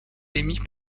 émis